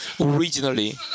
originally